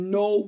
no